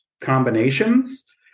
combinations